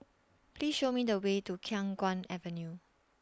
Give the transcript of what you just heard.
Please Show Me The Way to Khiang Guan Avenue